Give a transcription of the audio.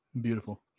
beautiful